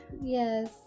Yes